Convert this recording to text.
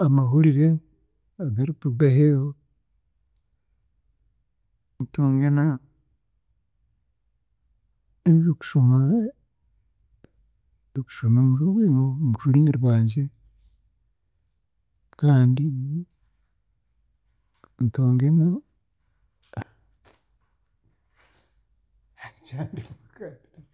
Amahurire, agarikuruga aheeru ntunge na n'eby'okushoma, n'eby'okushoma omu rurimi no- omu rurimi rwangye kandi ntunge no- kyandema.